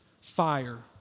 fire